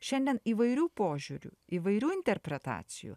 šiandien įvairių požiūrių įvairių interpretacijų